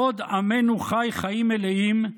בעוד עמנו חי חיים מלאים,